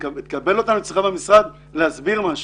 שיקבל אותנו במשרדו על מנת שנסביר לו.